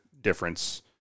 difference